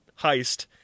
heist